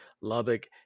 Lubbock